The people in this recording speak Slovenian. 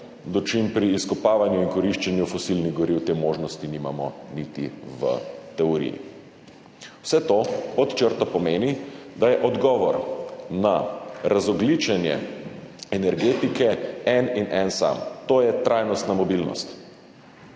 dočim pri izkopavanju in koriščenju fosilnih goriv te možnosti nimamo niti v teoriji. Vse to pod črto pomeni, da je odgovor na razogljičenje energetike en sam, to je trajnostna mobilnost.